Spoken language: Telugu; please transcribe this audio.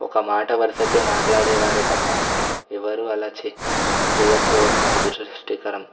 ఒక మాట వరసకి మాట్లాడేవారే తప్ప ఎవ్వరూ అలా చె చెయ్యకపోవటం మన దుష దురదృష్టకరం